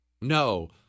No